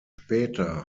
später